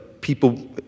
people